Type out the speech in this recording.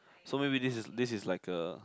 so maybe this is this is like a